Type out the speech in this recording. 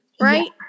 right